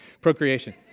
Procreation